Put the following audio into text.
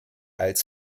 als